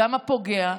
גם הפוגע,